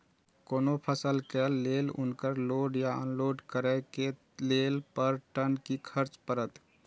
कोनो फसल के लेल उनकर लोड या अनलोड करे के लेल पर टन कि खर्च परत?